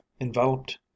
enveloped